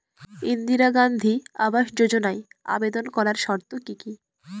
ইন্দিরা গান্ধী আবাস যোজনায় আবেদন করার শর্ত কি কি?